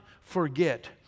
forget